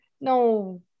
no